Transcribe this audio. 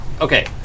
Okay